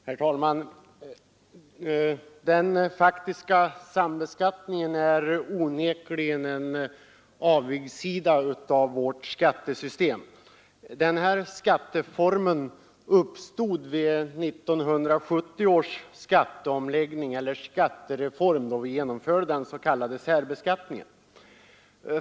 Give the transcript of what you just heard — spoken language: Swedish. Herr talman! Den faktiska sambeskattningen är onekligen en avigsida av vårt skattesystem. Den här skatteformen uppstod vid 1970 års skattereform då vi genomförde den s.k. särbeskattningen.